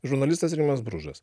žurnalistas rimas bružas